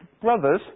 brothers